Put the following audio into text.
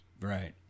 Right